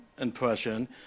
impression